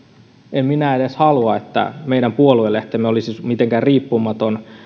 en minä edes halua että meidän puoluelehtemme olisi mitenkään riippumaton